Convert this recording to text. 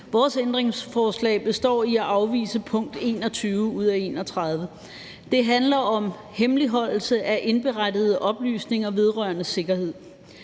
Vores ændringsforslag består i at afvise nr. 21 ud af 31. Det handler om hemmeligholdelse af indberettede oplysninger vedrørende sikkerhed.